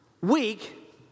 weak